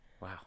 Wow